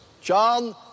John